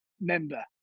member